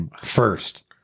first